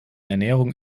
ernährung